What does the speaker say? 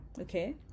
okay